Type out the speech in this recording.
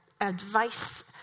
advice